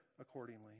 accordingly